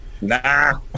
Nah